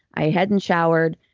i hadn't showered,